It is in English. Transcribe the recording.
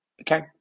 Okay